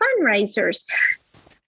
fundraisers